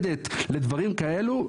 מיוחדת לדברים כאלו,